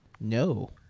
No